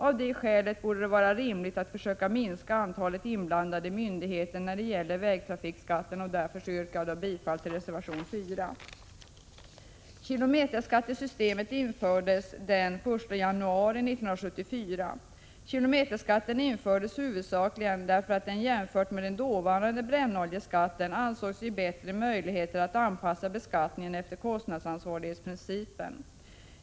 Av det skälet borde det vara rimligt att försöka minska antalet inblandade myndigheter, och därför yrkar jag bifall till reservation 4. Kilometerskattesystemet trädde i kraft den 1 januari 1974. Kilometerskatten infördes huvudsakligen därför att den — jämfört med den dåvarande brännoljeskatten — ansågs ge bättre möjligheter att anpassa beskattningen efter kostnadsansvarighetsprincipen.